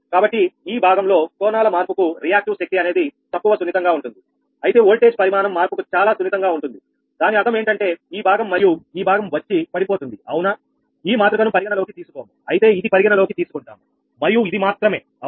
కాబట్టి ఈ భాగంలో కోణాల మార్పుకు రియాక్టివ్ శక్తి అనేది తక్కువ సున్నితంగా ఉంటుంది అయితే ఓల్టేజ్ పరిమాణం మార్పుకు చాలా సున్నితంగా ఉంటుంది దాని అర్థం ఏంటంటే ఈ భాగం మరియు ఈ భాగం వచ్చి పడిపోతుంది అవునా ఈ మాతృకను పరిగణనలోకి తీసుకోము అయితే ఇది పరిగణలోకి తీసుకుంటాము మరియు ఇది మాత్రమే అవునా